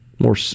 more